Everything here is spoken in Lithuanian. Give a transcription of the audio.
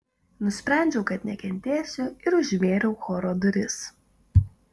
nusprendžiau kad nekentėsiu ir užvėriau choro duris